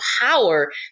power